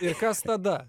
ir kas tada